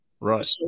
Right